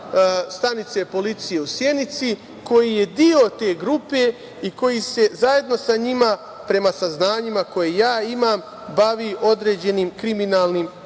stanice policije u Sjenici, koji je deo te grupe i koji se zajedno sa njima, prema saznanjima koja ja imam, bavi određenim kriminalnim radnjama. Ovo